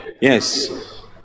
Yes